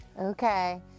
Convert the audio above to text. Okay